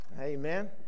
Amen